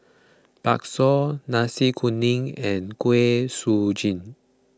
Bakso Nasi Kuning and Kuih Suji